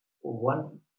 One